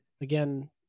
again